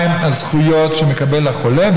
מהן הזכויות שמקבל החולה,